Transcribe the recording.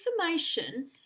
information